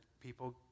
people